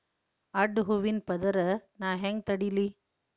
ಅಡ್ಡ ಹೂವಿನ ಪದರ್ ನಾ ಹೆಂಗ್ ತಡಿಲಿ?